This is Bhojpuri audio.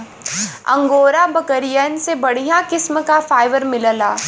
अंगोरा बकरियन से बढ़िया किस्म क फाइबर मिलला